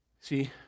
See